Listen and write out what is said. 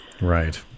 right